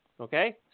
Okay